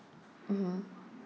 mmhmm